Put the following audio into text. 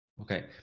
Okay